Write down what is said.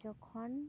ᱡᱚᱠᱷᱚᱱ